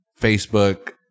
facebook